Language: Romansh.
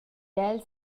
els